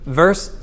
verse